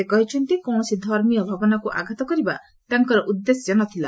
ସେ କହିଛନ୍ତିକୌଣସି ଧର୍ମୀୟ ଭାବନାକୁ ଆଘାତ କରିବା ତାଙ୍କର ଉଦ୍ଦେଶ୍ୟ ନ ଥିଲା